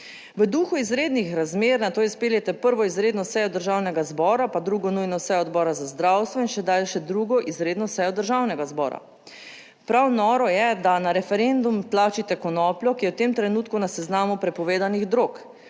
V duhu izrednih razmer nato izpeljete prvo izredno sejo Državnega zbora, pa drugo nujno sejo Odbora za zdravstvo in še daljše, drugo izredno sejo Državnega zbora. Prav noro je, da na referendum tlačite konopljo, ki je v tem trenutku na seznamu prepovedanih drog.